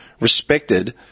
respected